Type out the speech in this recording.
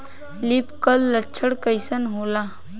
Leaf curl लक्षण कइसन होला?